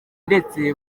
ndetse